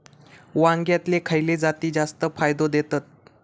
वांग्यातले खयले जाती जास्त फायदो देतत?